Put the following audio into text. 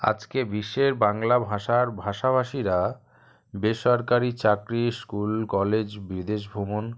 আজকে বিশ্বের বাংলা ভাষার ভাষাভাষীরা বেসরকারি চাকরি স্কুল কলেজ বিদেশ ভ্রমণ